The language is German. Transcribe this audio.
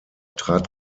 trat